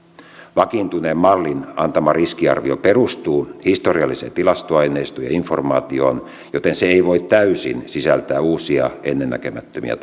vakiintuneen mallin antama riskiarvio perustuu historialliseen tilastoaineistoon ja informaatioon joten se ei voi täysin sisältää uusia ennennäkemättömiä